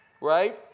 Right